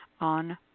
on